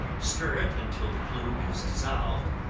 stir it until the glue is dissolved,